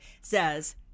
says